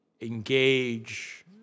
engage